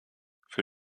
für